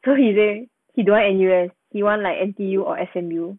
so he say he don't want N_U_S he want like N_T_U or S_M_U